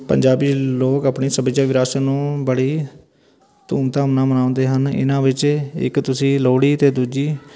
ਪੰਜਾਬੀ ਲੋਕ ਆਪਣੀ ਸੱਭਿਆਚਾਰਕ ਵਿਰਾਸਤ ਨੂੰ ਬੜੀ ਧੂਮਧਾਮ ਨਾਲ ਮਨਾਉਂਦੇ ਹਨ ਇਹਨਾਂ ਵਿੱਚ ਇੱਕ ਤੁਸੀਂ ਲੋਹੜੀ ਅਤੇ ਦੂਜੀ